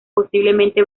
posiblemente